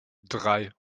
drei